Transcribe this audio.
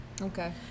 okay